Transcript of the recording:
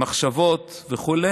במחשבות וכו'.